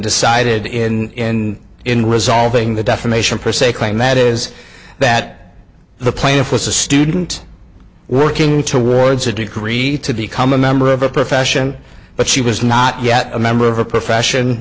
decided in in resolving the defamation per se claim that is that the plaintiff was a student working to win boards a degree to become a member of a profession but she was not yet a member of a profession